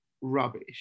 rubbish